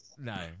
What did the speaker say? No